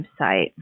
website